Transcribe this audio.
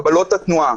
הגבלות התנועה,